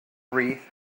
wreath